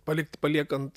palikt paliekant